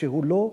כשהוא לא,